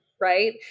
right